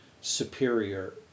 superior